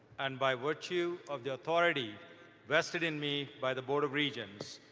and by virtue of the authority vested in me by the board of regents,